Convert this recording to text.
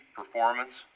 performance